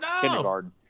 kindergarten